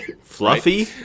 Fluffy